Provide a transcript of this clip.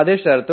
అదే షరతు